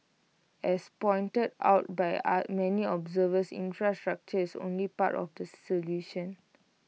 as pointed out by many observers infrastructure is only part of the solution